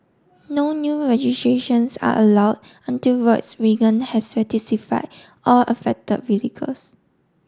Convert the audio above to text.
no new registrations are allowed until Volkswagen has all affected vehicles